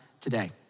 today